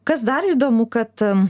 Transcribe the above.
kas dar įdomu kad